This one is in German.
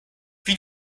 wie